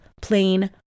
plain